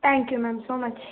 thank you ma'am so much